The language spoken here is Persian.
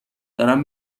دارم